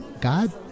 God